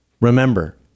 Remember